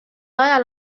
ajal